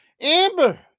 Amber